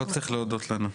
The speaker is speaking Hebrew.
לא צריך להודות לנו,